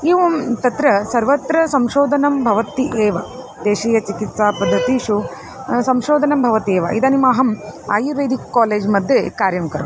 एवं तत्र सर्वत्र संशोधनं भवति एव देशीयचिकित्सा पद्धतिषु संशोधनं भवत्येव इदानीम् अहम् आयुर्वेदिकः कालेज्मध्ये कार्यं करोमि